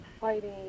fighting